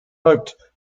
hoped